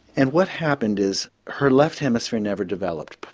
and what happened is her left hemisphere never developed,